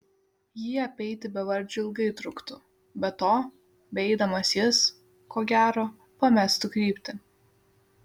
jį apeiti bevardžiui ilgai truktų be to beeidamas jis ko gero pamestų kryptį